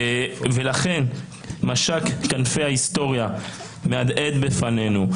משק כנפי ההיסטוריה מהדהד בפנינו.